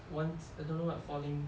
once I don't know what falling